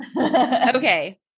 Okay